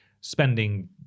spending